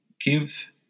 give